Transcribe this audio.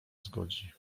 zgodzi